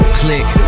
click